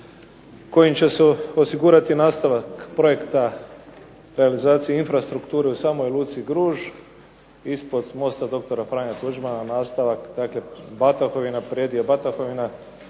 kojim će se osigurati nastavak projekta realizacije infrastrukture u samoj luci Gruž, ispod mosta Dr. Franje Tuđmana, nastavak dakle Batakovina, predjel Batakovina,